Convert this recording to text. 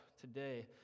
today